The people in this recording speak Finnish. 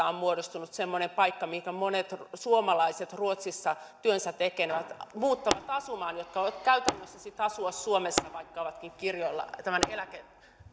on muodostunut semmoinen paikka mihin monet suomalaiset ruotsissa työnsä tehneet muuttavat asumaan jotta voivat käytännössä sitten asua suomessa vaikka ovatkin kirjoilla tämän eläkkeen